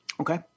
Okay